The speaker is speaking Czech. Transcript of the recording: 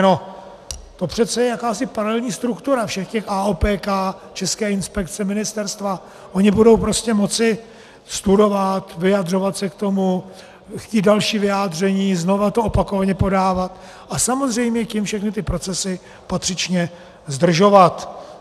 No to je přece jakási paralelní struktura všech těch AOPK, České inspekce, ministerstva, oni budou prostě moci studovat, vyjadřovat se k tomu, chtít další vyjádření, znovu to opakovaně podávat a samozřejmě tím všechny ty procesy patřičně zdržovat.